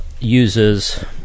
uses